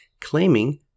claiming